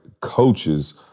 coaches